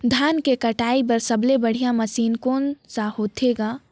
धान के कटाई बर सबले बढ़िया मशीन कोन सा होथे ग?